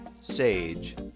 sage